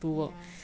ya